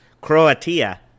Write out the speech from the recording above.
croatia